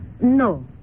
no